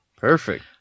Perfect